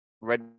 red